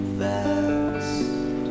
fast